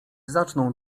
zaczną